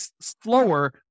slower